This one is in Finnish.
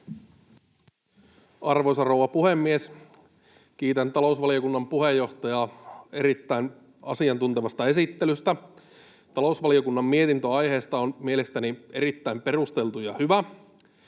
Arvoisa rouva puhemies! Kiitän talousvaliokunnan puheenjohtajaa erittäin asiantuntevasta esittelystä. Talousvaliokunnan mietintö aiheesta on mielestäni erittäin perusteltu ja hyvä.